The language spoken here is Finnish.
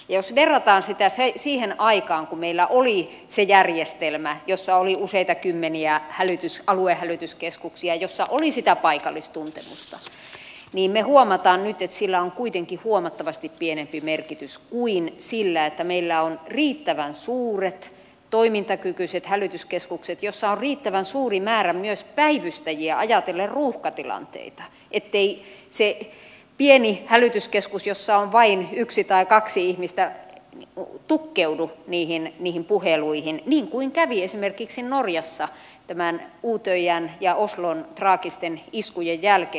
jos verrataan sitä siihen aikaan kun meillä oli se järjestelmä jossa oli useita kymmeniä aluehälytyskeskuksia joissa oli sitä paikallistuntemusta niin me huomaamme nyt että sillä on kuitenkin huomattavasti pienempi merkitys kuin sillä että meillä on riittävän suuret toimintakykyiset hälytyskeskukset joissa on riittävän suuri määrä myös päivystäjiä ajatellen ruuhkatilanteita ettei se pieni hälytyskeskus jossa on vain yksi tai kaksi ihmistä tukkeudu niihin puheluihin niin kuin kävi esimerkiksi norjassa utöyan ja oslon traagisten iskujen jälkeen